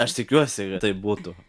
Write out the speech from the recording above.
aš tikiuosi kad taip būtų